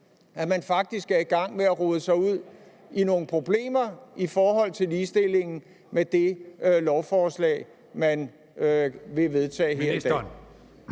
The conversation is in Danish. at man faktisk er i gang med at rode sig ud i nogle problemer med hensyn til ligestilling med det lovforslag, man vil vedtage her i dag?